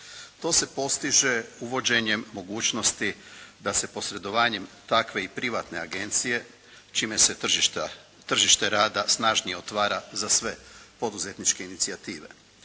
To se postiže uvođenjem mogućnosti da se posredovanjem takve i privatne agencije, čime se tržište rada snažnije otvara za sve poduzetničke inicijative.